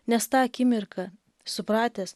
nes tą akimirką supratęs